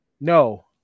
no